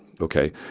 Okay